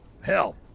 Hell